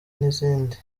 n’izindi